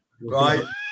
right